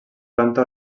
planta